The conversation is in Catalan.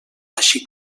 així